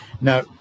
Now